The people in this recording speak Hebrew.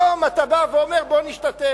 היום אתה בא ואומר: בוא נשתתף.